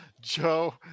Joe